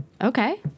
Okay